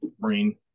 marine